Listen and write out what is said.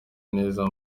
neza